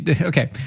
okay